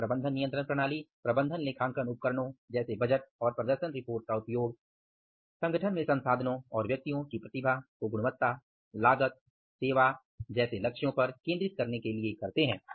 एक प्रबंधन नियंत्रण प्रणाली प्रबंधन लेखांकन उपकरणों जैसे बजट और प्रदर्शन रिपोर्ट का उपयोग संगठन में संसाधनों और व्यक्तियों की प्रतिभा को गुणवत्ता लागत सेवा जैसे लक्ष्यों पर केंद्रित करने के लिए करते हैं